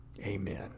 Amen